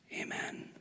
Amen